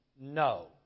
No